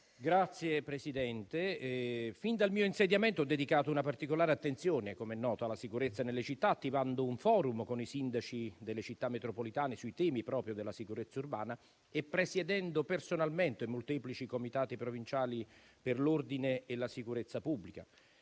Signor Presidente, fin dal mio insediamento ho dedicato una particolare attenzione, com'è noto, alla sicurezza nelle città, attivando un *forum* con i sindaci delle città metropolitane proprio sui temi della sicurezza urbana e presiedendo personalmente molteplici Comitati provinciali per l'ordine e la sicurezza pubblica.